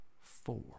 four